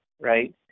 right